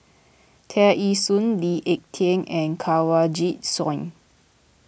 Tear Ee Soon Lee Ek Tieng and Kanwaljit Soin